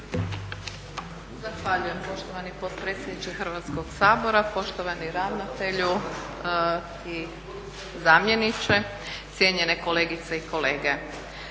Zahvaljujem poštovani potpredsjedniče Hrvatskog sabora. Poštovani ravnatelju i zamjeniče, cijenjene kolegice i kolege.